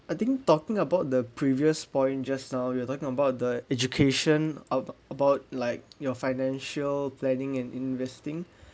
I think talking about the previous point just now you were talking about the education abou~ about like your financial planning and investing